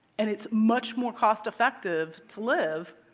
and it's much more cost effective to live.